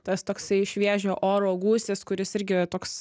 tas toksai šviežio oro gūsis kuris irgi toks